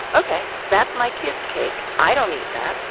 ok, that's my kids' cake. i don't eat that.